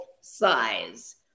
size